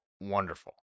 wonderful